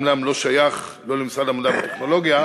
אומנם לא שייך למשרד המדע והטכנולוגיה,